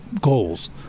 goals